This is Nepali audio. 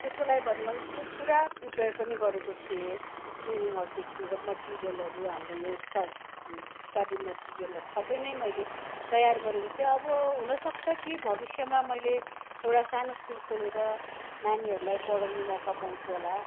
त्यसको लागि भन्नु भने प्रुप् पुरा प्रिपेर पनि गरेको थिएँ ट्रेनिङहरूदेखि लिएर मटेरियलहरू हाम्रो यो स्टडिस् स्टडी मटेरियलहरू सबै नै मैले तयार गरेको थिएँ अब हुन सक्छ कि भविष्यमा मैले एउटा सानो स्कुल खोलेर नानीहरूलाई पढाउने मौका पाउँछु होला